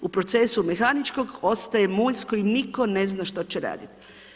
U procesu mehaničkog ostaje mulj s kojim nitko ne zna što će radit.